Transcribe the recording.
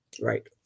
Right